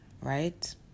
right